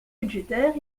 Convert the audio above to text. budgétaires